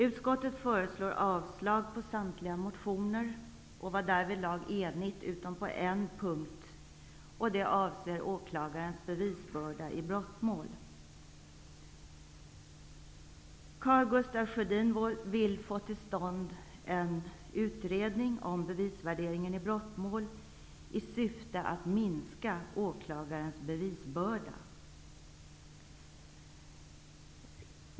Utskottet föreslår avslag på samtliga motioner och är därvidlag enigt, utom på en punkt, som avser åklagarens bevisbörda i brottmål. Karl Gustaf Sjödin vill få till stånd en utredning om bevisvärderingen i brottmål i syfte att minska åklagarens bevisbörda.